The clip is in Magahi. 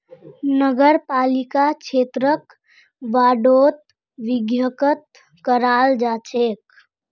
नगरपालिका क्षेत्रक वार्डोत विभक्त कराल जा छेक